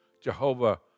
Jehovah